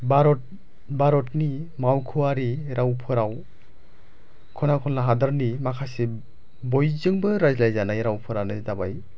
भारत भारतनि मावख'वारि रावफोराव खनला खनला हादोरनि माखासे बयजोंबो रायज्लायजानाय रावफोरानो जाबाय